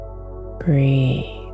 breathe